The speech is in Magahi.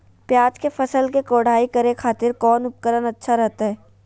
प्याज के फसल के कोढ़ाई करे खातिर कौन उपकरण अच्छा रहतय?